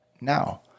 now